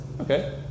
Okay